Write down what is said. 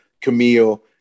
Camille